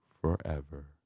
forever